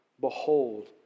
Behold